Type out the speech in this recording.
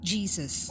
Jesus